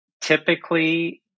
typically